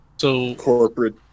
Corporate